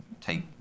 take